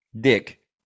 Dick